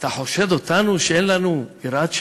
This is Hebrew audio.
אתה חושד בנו שאין לנו יראת שמים?